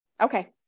Okay